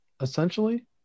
essentially